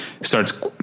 starts